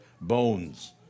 bones